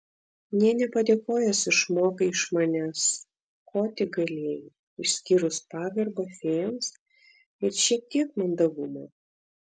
nė nepadėkojęs išmokai iš manęs ko tik galėjai išskyrus pagarbą fėjoms ir šiek tiek mandagumo